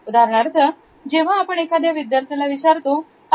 उदाहरणार्थ जेव्हा आपण एखाद्या विद्यार्थ्याला विचारतो 'अरे